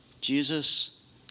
Jesus